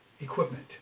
equipment